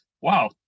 wow